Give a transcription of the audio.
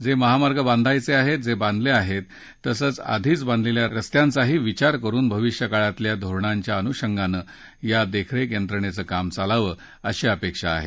जे माहमार्ग बांधायचे आहेत जे बांधले आहेत तसंच आधीच बांधलेल्या रस्त्यांचाही विचार करून भविष्यकाळातल्या धोरणाच्या अनुषंगानं या देखरेख यंत्रणेचं काम चालावं अशी अपेक्षा आहे